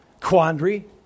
quandary